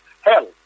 hell